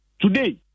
today